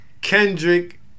Kendrick